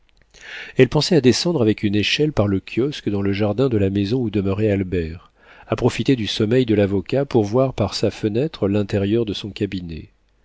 elle pensait à descendre avec une échelle par le kiosque dans le jardin de la maison où demeurait albert à profiter du sommeil de l'avocat pour voir par sa fenêtre l'intérieur de son cabinet